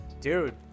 dude